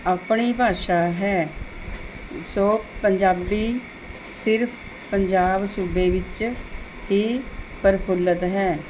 ਆਪਣੀ ਭਾਸ਼ਾ ਹੈ ਸੋ ਪੰਜਾਬੀ ਸਿਰਫ ਪੰਜਾਬ ਸੂਬੇ ਵਿੱਚ ਹੀ ਪ੍ਰਫੁੱਲਤ ਹੈ